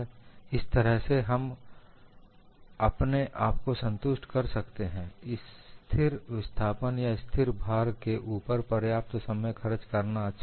इस तरह से हम अपने आप को संतुष्ट कर सकते हैं स्थिर विस्थापन या स्थिर भार के ऊपर पर्याप्त समय खर्च करना अच्छा है